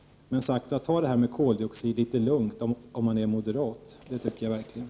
Man skall ta det litet lugnt med det här med koldioxid om man är moderat!